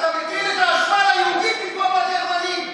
אתה מטיל את האשמה על היהודים במקום על הגרמנים.